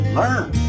learn